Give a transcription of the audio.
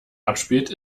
abspielt